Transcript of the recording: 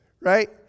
right